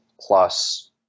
plus